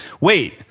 wait